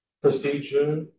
procedure